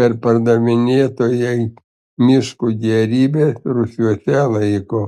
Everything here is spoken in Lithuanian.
perpardavinėtojai miško gėrybes rūsiuose laiko